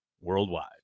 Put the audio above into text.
worldwide